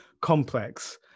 Complex